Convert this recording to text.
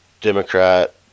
Democrat